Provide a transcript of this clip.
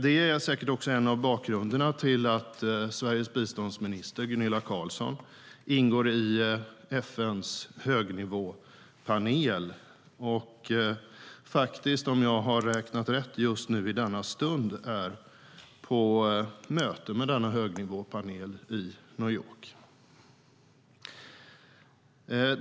Det är säkert också en del av bakgrunden till att Sveriges biståndsminister Gunilla Carlsson ingår i FN:s högnivåpanel. Om jag har räknat rätt är hon just nu i denna stund på möte med denna högnivåpanel i New York.